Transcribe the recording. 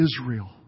Israel